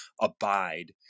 abide